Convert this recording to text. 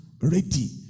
Ready